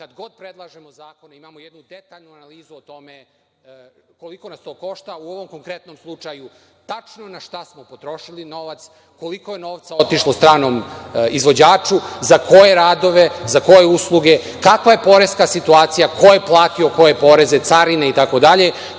kad god predlažemo zakone imamo jednu detaljnu analizu o tome koliko nas to košta. U ovom konkretnom slučaju - tačno na šta smo potrošili novac, koliko je novca otišlo stranom izvođaču, za koje radove, za koje usluge, kakva je poreska situacija, ko je platio koje poreze, carine itd,